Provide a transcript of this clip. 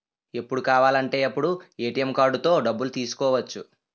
ఎప్పుడు కావాలంటే అప్పుడు ఏ.టి.ఎం కార్డుతో డబ్బులు తీసుకోవచ్చు